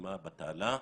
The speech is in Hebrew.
במלחמה בתעלה,